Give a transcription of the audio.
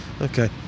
Okay